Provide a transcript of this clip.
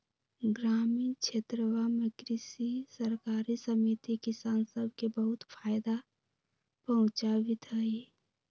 ग्रामीण क्षेत्रवा में कृषि सरकारी समिति किसान सब के बहुत फायदा पहुंचावीत हई